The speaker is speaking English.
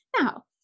Now